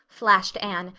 flashed anne,